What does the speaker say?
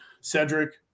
Cedric